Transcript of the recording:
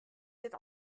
zit